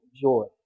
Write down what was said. joy